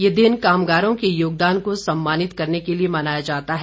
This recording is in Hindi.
यह दिन कामगारों के योगदान को सम्मानित करने के लिए मनाया जाता है